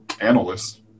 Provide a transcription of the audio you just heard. analysts